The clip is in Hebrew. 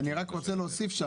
אני רק רוצה להוסיף.